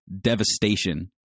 Devastation